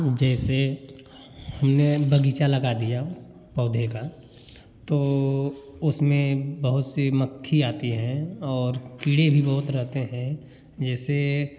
जैसे हमने बगीचा लगा दिया पौधे का तो उसमें बहुत सी मक्खी आती है और कीड़े भी बहुत रहते हैं जिससे